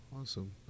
Awesome